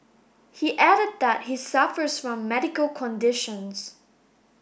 he added that he suffers from medical conditions